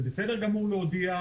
זה בסדר גמור להודיע,